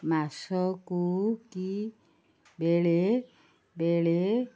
ମାସକୁ କି ବେଳେବେଳେ